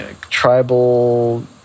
tribal